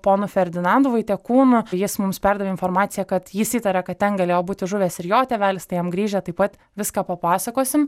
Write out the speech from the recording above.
ponu ferdinandu vaitekūnu jis mums perdavė informaciją kad jis įtaria kad ten galėjo būti žuvęs ir jo tėvelis tai jam grįžę taip pat viską papasakosim